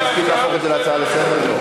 אתה מסכים להפוך את זה להצעה לסדר-היום?